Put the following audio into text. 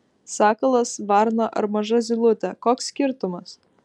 sakalas varna ar maža zylutė koks skirtumas